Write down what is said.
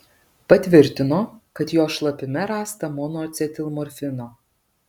patvirtino kad jo šlapime rasta monoacetilmorfino